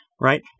right